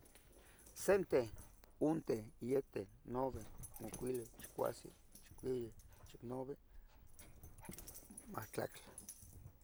Sente, unte, yete, nove, macuile, chicuasen. chicueye, chicnovi, mahtlactle.